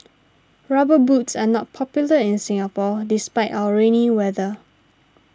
rubber boots are not popular in Singapore despite our rainy weather